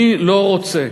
אני לא רוצה,